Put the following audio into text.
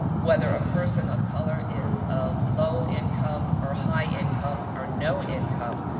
whether a person of color is of low income or high income or no income,